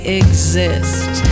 exist